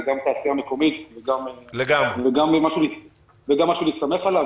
זו תעשייה מקומית וגם מה שנסתמך עליו,